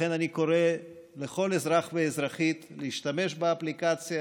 לכן אני קורא לכל אזרח ואזרחית להשתמש באפליקציה,